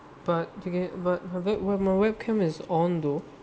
but to get but have it were welcome is onto